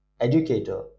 educator